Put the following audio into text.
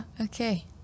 Okay